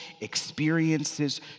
experiences